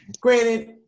granted